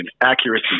accuracy